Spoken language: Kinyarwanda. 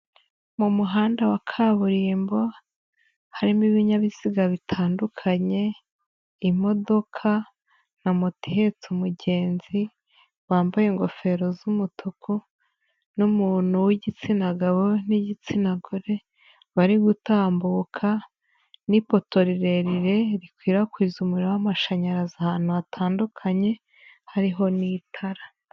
Mu muhanda wa kaburimbo harimo ibinyabiziga bitandukanye. Imodoka, na moto ihetse umugenzi wambaye ingofero z'umutuku, n'umuntu w'igitsina gabo n'igitsina gore bari gutambuka, n'ipoto rirerire rikwirakwiza umuriro w'amashanyarazi ahantu hatandukanye hariho n'itara.